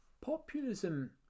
Populism